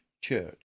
Church